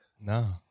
No